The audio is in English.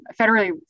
federally